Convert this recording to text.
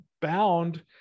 bound